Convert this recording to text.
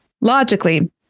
logically